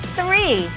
three